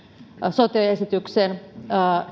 sote esityksen